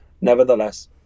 nevertheless